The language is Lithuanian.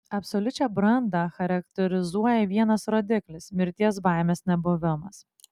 absoliučią brandą charakterizuoja vienas rodiklis mirties baimės nebuvimas